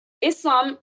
Islam